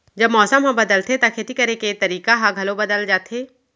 जब मौसम ह बदलथे त खेती करे के तरीका ह घलो बदल जथे?